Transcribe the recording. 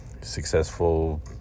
Successful